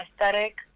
Aesthetic